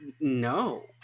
no